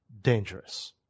dangerous